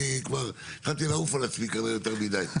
אני כבר התחלתי לעוף על עצמי כנראה יותר מידי.